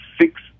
Six